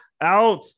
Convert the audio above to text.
Out